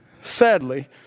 Sadly